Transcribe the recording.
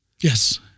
Yes